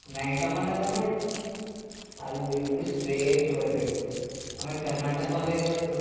ನೈಕಮನ ಅದ ನೋಡಿ ಅಲ್ಲಿಂದ ಸ್ಟ್ರೇಟ್ ಬರಬೇಕು ಆಮೇಲೆ ಕರ್ನಾಟಕ ಕಾಲೇಜ್ ಬರ್ತು